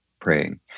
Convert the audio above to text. praying